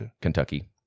Kentucky